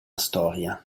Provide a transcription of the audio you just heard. storia